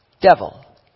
devil